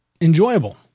enjoyable